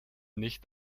nicht